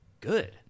good